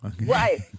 Right